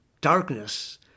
darkness